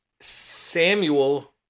Samuel